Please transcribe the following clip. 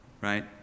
Right